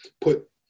put